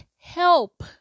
help